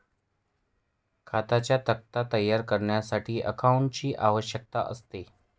खात्यांचा तक्ता तयार करण्यासाठी अकाउंटंटची आवश्यकता असते